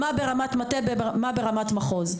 מה ברמת מטה ומה ברמת מחוז.